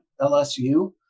LSU